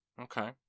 Okay